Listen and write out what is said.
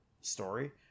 story